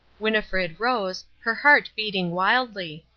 winnifred rose, her heart beating wildly.